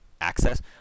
access